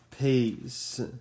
Peace